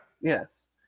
yes